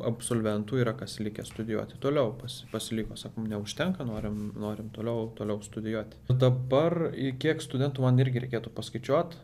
absolventų yra kas likę studijuoti toliau pas pasiliko sakom neužtenka norim norim toliau toliau studijuoti dabar i kiek studentų man irgi reikėtų paskaičiuot